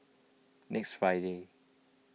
next Friday